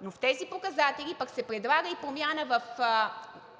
но в тези показатели се предлага и промяна в